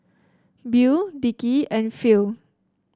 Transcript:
Beau Dickie and Phil